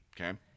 Okay